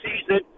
season